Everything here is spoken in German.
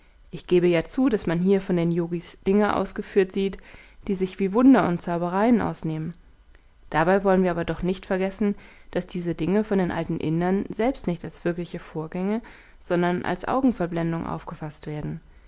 ich gebe ja zu daß man hier von den yogis dinge ausgeführt sieht die sich wie wunder und zaubereien ausnehmen dabei wollen wir aber doch nicht vergessen daß diese dinge von den alten indern selbst nicht als wirkliche vorgänge sondern als augenverblendung aufgefaßt wurden